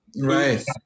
Right